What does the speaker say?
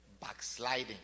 backsliding